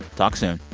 talk soon